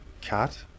cat